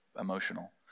emotional